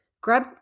Grab